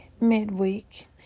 midweek